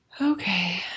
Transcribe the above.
Okay